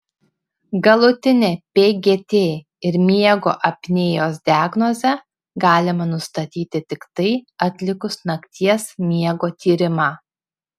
galutinę pgt ir miego apnėjos diagnozę galima nustatyti tiktai atlikus nakties miego tyrimą